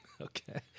Okay